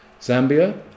Zambia